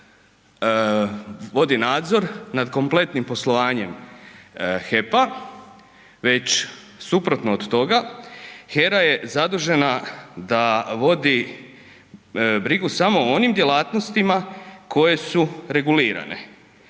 vodi nadzor nad kompletnim poslovanjem HEP-a već suprotno od toga, HERA je zadužena da vodi brigu samo o onim djelatnostima koje su regulirane